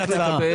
יש לי הצעה.